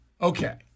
Okay